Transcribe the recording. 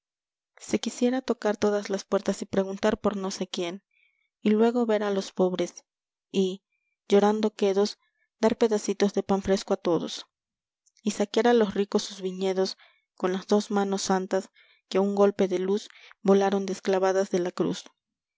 se quisiera tocar todas las puertas luego y preguntar por no sé quién y ver a los pobres y dorando quedos dar pedacitos de pan fresco a todos y saquear a los ricos sus viñedos con las dos manos santas que a un golpe de luz volaron desclavadas de la cruz